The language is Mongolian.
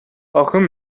охин